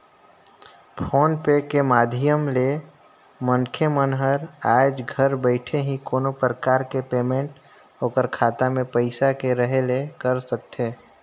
phone पे के माधियम ले मनखे मन हर आयज घर बइठे ही कोनो परकार के पेमेंट ओखर खाता मे पइसा के रहें ले कर सकथे